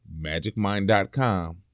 MagicMind.com